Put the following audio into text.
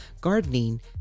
gardening